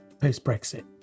post-Brexit